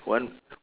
one